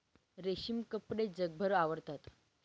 रेशमी कपडे जगभर आवडतात